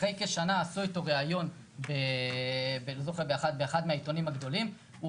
אחרי כשנה עשו איתו ריאיון באחד מהעיתונים הגדולים,